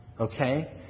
Okay